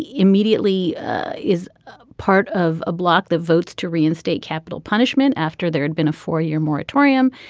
immediately is ah part of a bloc that votes to reinstate capital punishment after there had been a four year moratorium.